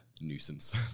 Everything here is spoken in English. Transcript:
nuisance